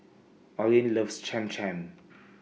Oline loves Cham Cham